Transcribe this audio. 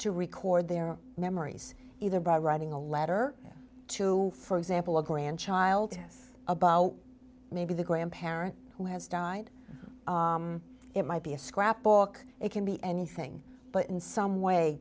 to record their memories either by writing a letter to for example a grandchild to us about maybe the grandparent who has died it might be a scrapbook it can be anything but in some way